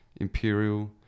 imperial